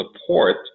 support